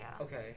Okay